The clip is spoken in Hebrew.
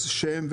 ברגע שיש חשמול